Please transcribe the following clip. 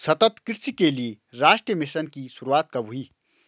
सतत कृषि के लिए राष्ट्रीय मिशन की शुरुआत कब हुई?